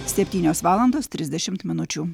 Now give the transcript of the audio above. septynios valandos trisdešimt minučių